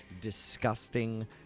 disgusting